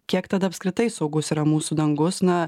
kiek tada apskritai saugus yra mūsų dangus na